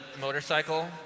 motorcycle